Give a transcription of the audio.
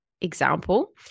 example